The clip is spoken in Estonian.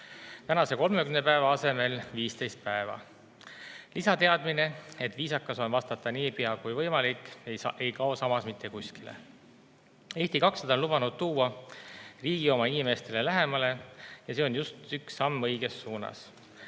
praeguse 30 päeva asemel 15 päeva. Lisateadmine, et viisakas on vastata nii pea, kui võimalik, ei kao samas mitte kuskile. Eesti 200 on lubanud tuua riigi oma inimestele lähemale ja see on üks samm õiges suunas.